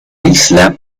isla